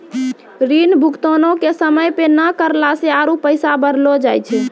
ऋण भुगतानो के समय पे नै करला से आरु पैसा बढ़लो जाय छै